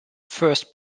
first